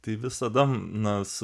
tai visada mes